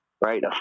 right